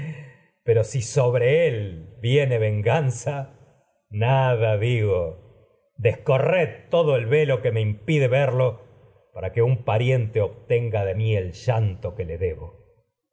pero si sobre él viene vengan za nada digo descorred todo el velo que me impide verlo para que un pariente obtenga de mí el llanto que le debo